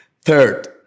Third